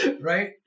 Right